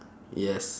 yes